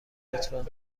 لطفا